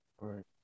Right